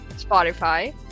Spotify